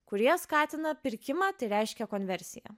kurie skatina pirkimą tai reiškia konversiją